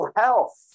health